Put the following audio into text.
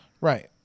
Right